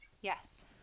Yes